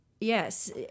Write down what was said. yes